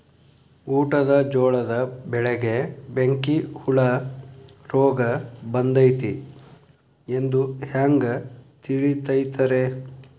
ಊಟದ ಜೋಳದ ಬೆಳೆಗೆ ಬೆಂಕಿ ಹುಳ ರೋಗ ಬಂದೈತಿ ಎಂದು ಹ್ಯಾಂಗ ತಿಳಿತೈತರೇ?